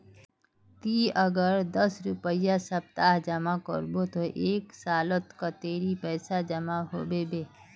ती अगर दस रुपया सप्ताह जमा करबो ते एक सालोत कतेरी पैसा जमा होबे बे?